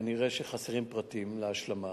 כנראה חסרים פרטים להשלמה.